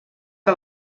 que